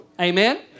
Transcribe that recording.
Amen